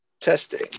Testing